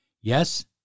Yes